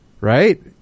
right